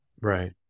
Right